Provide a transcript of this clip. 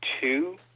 two